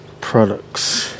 products